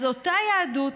אז אותה יהדות